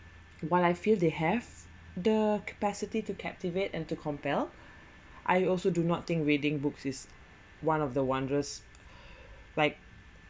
while I feel they have the capacity to captivate and to compel I also do not think reading books is one of the wondrous like